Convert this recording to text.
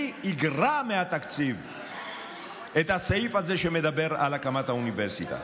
אני אגרע מהתקציב את הסעיף הזה שמדבר על הקמת האוניברסיטה.